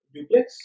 Duplex